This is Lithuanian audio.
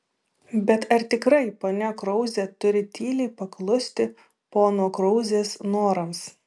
bet ar tikrai ponia krauzė turi tyliai paklusti pono krauzės norams